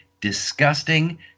disgusting